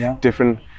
different